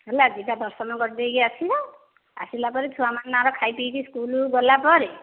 ହେଲା ଯିବା ଦର୍ଶନ କରିଦେଇକି ଆସିବା ଆସିଲା ପରେ ଛୁଆମାନେ ତାଙ୍କର ଖାଇ ପିଇ କି ସ୍କୁଲ୍କୁ ଗଲା ପରେ